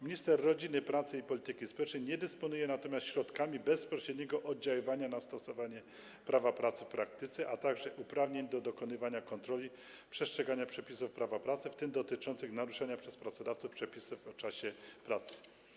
Minister rodziny, pracy i polityki społecznej nie dysponuje natomiast środkami bezpośredniego oddziaływania na stosowanie prawa pracy w praktyce ani uprawnieniami do dokonywania kontroli przestrzegania przepisów prawa pracy, w tym dotyczącymi naruszania przez pracodawcę przepisów o czasie pracy.